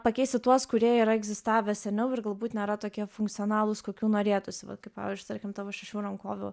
pakeisti tuos kurie yra egzistavę seniau ir galbūt nėra tokie funkcionalūs kokių norėtųsi va kaip pavyzdžiui tarkim tavo šešių rankovių